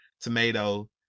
tomato